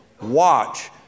watch